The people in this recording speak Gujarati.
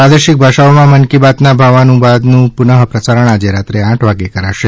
પ્રાદેશિક ભાષાઓમાં મન કી બાતના ભાવાનુવાદનું પુનઃ પ્રસારણ આજે રાત્રે આઠ વાગે કરાશે